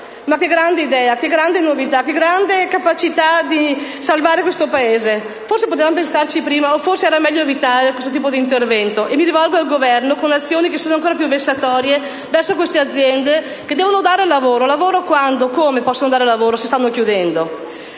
Ma che grande idea, che grande novità, che capacità di salvare questo Paese! Forse potevamo pensarci prima o forse era meglio evitare questo tipo di intervento - e mi rivolgo al Governo - con azioni che sono ancora più vessatorie nei confronti di aziende che devono dare lavoro. Quando e come possono dare lavoro, se stanno chiudendo?